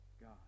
God